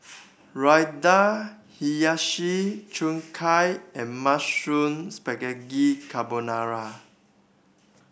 Raita Hiyashi Chuka and Mushroom Spaghetti Carbonara